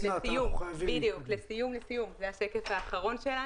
שקף אחרון.